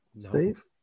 Steve